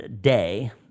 day